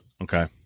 okay